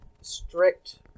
strict